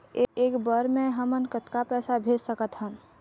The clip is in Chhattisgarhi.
एक बर मे हमन कतका पैसा भेज सकत हन?